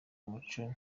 umuco